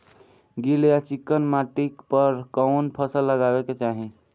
गील या चिकन माटी पर कउन फसल लगावे के चाही?